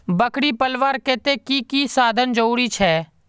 बकरी पलवार केते की की साधन जरूरी छे?